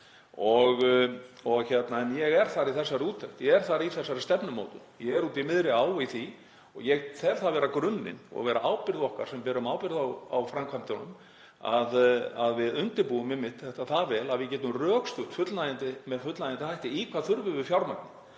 dag — aldrei. Ég er þar í þessari úttekt, ég er þar í þessari stefnumótun, ég er úti í miðri á í því. Ég tel það vera grunninn og vera ábyrgð okkar sem berum ábyrgð á framkvæmdunum að við undirbúum þetta það vel að við getum rökstutt með fullnægjandi hætti í hvað við þurfum fjármagnið.